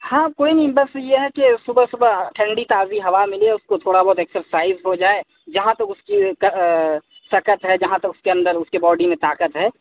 ہاں کوئی نہیں بس یہ ہے کہ صبح صبح ٹھنڈی تازی ہوا ملے اس کو تھوڑا بہت ایکسرسائز ہو جائے جہاں تک اس کی سکت ہے جہاں تک اس کے اندر اس کے باڈی میں طاقت ہے